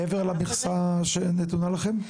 מעבר למכסה שנתונה לכם?